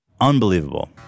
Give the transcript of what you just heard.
unbelievable